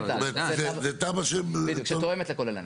זה תב"ע שתואמת לכוללנית.